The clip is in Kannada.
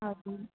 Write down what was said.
ಹೌದು